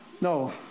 No